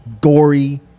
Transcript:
gory